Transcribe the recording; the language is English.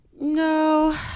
No